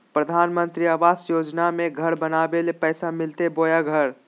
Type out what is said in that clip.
प्रधानमंत्री आवास योजना में घर बनावे ले पैसा मिलते बोया घर?